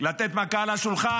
לתת מכה על השולחן.